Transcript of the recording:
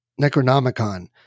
Necronomicon